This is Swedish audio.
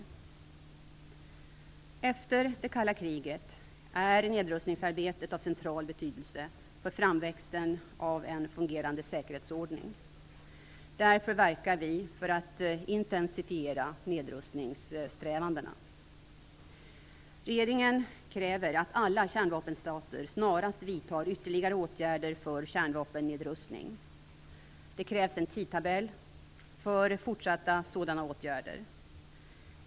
Efter det kalla kriget är nedrustningsarbetet av central betydelse för framväxten av en fungerande säkerhetsordning. Därför verkar vi för att intensifiera nedrustningssträvandena. Regeringen kräver att alla kärnvapenstater snarast vidtar ytterligare åtgärder för kärnvapennedrustning. Det krävs en tidtabell för fortsatta sådana åtgärder.